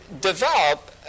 develop